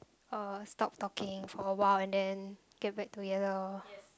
uh stop talking for a while and then get back together or